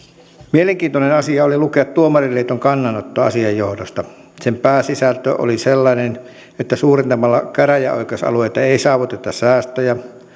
mielenkiintoinen asia oli lukea tuomariliiton kannanotto asian johdosta sen pääsisältö oli sellainen että suurentamalla käräjäoikeusalueita ei saavuteta säästöjä